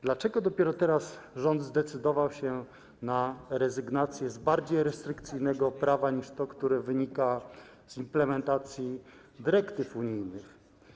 Dlaczego dopiero teraz rząd zdecydował się na rezygnację z bardziej restrykcyjnego prawa niż to, które wynika z implementacji dyrektyw unijnych?